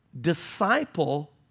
disciple